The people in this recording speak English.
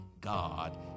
God